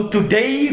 Today